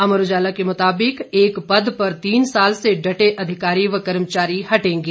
अमर उजाला के मुताबिक एक पद पर तीन साल से डटें अधिकारी व कर्मचारी हटेंगे